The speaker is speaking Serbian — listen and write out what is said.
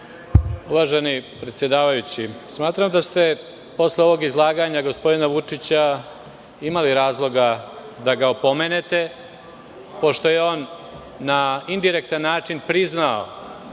Uvaženi predsedavajući, smatram da ste posle ovog izlaganja gospodina Vučića imali razloga da ga opomenete, pošto je on na indirektan način priznao